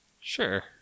Sure